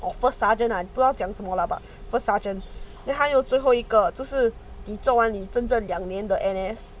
oh first sergeant 不要讲什么 lah first sergeant then 还有最后一个就是你做完你真正两年的 N_S